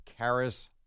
Karis